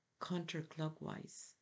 counterclockwise